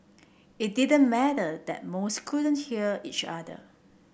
it didn't matter that most couldn't hear each other